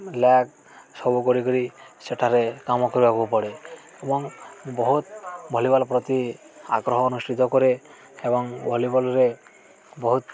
leg ସବୁ କରିକିରି ସେଠାରେ କାମ କରିବାକୁ ପଡ଼େ ଏବଂ ବହୁତ ଭଲିବଲ୍ ପ୍ରତି ଆଗ୍ରହ ଅନୁଷ୍ଠିତ କରେ ଏବଂ ଭଲିବଲ୍ରେ ବହୁତ